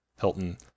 Hilton